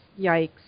yikes